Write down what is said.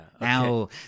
now